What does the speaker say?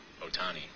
Otani